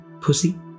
Pussy